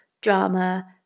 drama